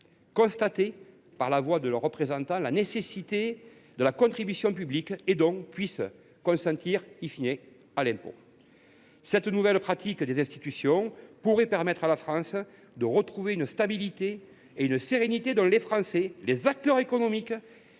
constater, par la voix de leurs représentants, la nécessité de la contribution publique, donc consentir à l’impôt. Cette nouvelle pratique des institutions pourrait permettre à la France de retrouver une stabilité et une sérénité dont les Français, les acteurs économiques